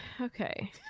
Okay